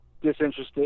disinterested